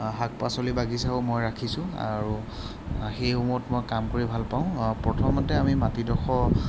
শাক পাচলিৰ বাগিচাও মই ৰাখিছোঁ আৰু সেইসমূহত মই কাম কৰি ভাল পাওঁ প্ৰথমতে আমি মাটিডোখৰ